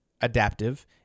adaptive